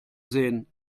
sehen